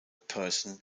person